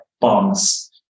bombs